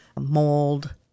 mold